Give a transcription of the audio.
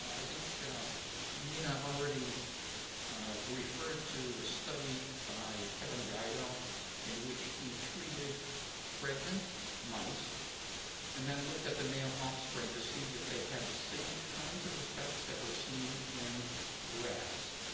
i think nina already referred to the study by kevin gaido in which he treated pregnant mice and then looked at the male offspring to see if they had the same kinds of effects that were seen in rats.